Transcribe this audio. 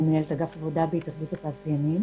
מנהלת אגף עבודה בהתאחדות התעשיינים.